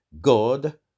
God